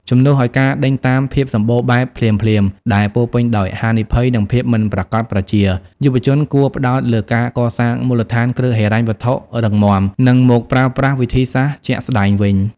ជំនួសឱ្យការដេញតាមភាពសម្បូរបែបភ្លាមៗ ដែលពោរពេញដោយហានិភ័យ និងភាពមិនប្រាកដប្រជា យុវជនគួរផ្តោតលើការកសាងមូលដ្ឋានគ្រឹះហិរញ្ញវត្ថុរឹងមាំ និងមកប្រើប្រាស់វិធីសាស្រ្តជាក់ស្តែងវិញ។